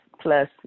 plus